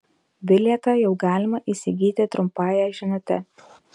bilietą jau galima įsigyti trumpąja žinute